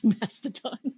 Mastodon